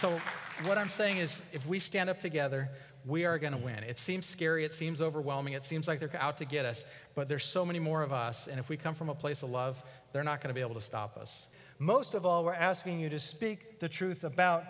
so what i'm saying is if we stand up together we are going to win it seems scary it seems overwhelming it seems like they're out to get us but there are so many more of us and if we come from a place of love they're not going to be able to stop us most of all we're asking you to speak the truth about